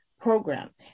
program